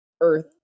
earth